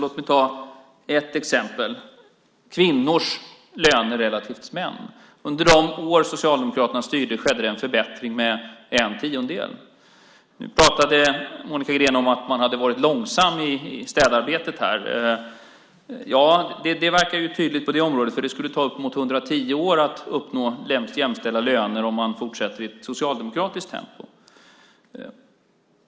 Låt mig ta ett exempel, kvinnors löner relativt mäns. Under de år Socialdemokraterna styrde skedde det en förbättring med en tiondel. Monica Green pratade om att man hade varit långsam i städarbetet. Ja, det verkar tydligt på det området, för det skulle ta uppemot 110 år att uppnå jämställda löner om man fortsätter i socialdemokratiskt tempo.